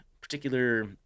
particular